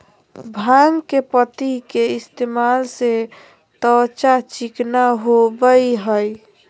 भांग के पत्ति के इस्तेमाल से त्वचा चिकना होबय हइ